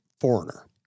Foreigner